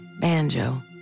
Banjo